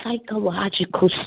psychological